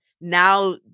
now